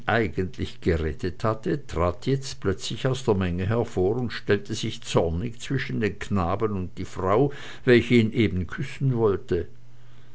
eigentlich gerettet hatte trat jetzt plötzlich aus der menge hervor und stellte sich zornig zwischen den knaben und die frau welche ihn eben küssen wollte